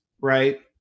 right